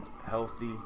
healthy